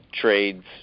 trades